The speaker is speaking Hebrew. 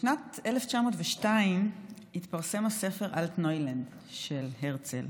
בשנת 1902 התפרסם הספר "אלטנוילנד" של הרצל.